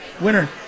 winner